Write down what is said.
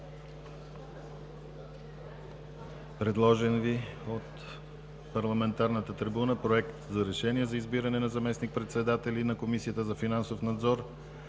предложен Ви от парламентарната трибуна. „Проект! РЕШЕНИЕ за избиране на заместник-председатели на Комисията за финансов надзор